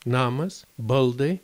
namas baldai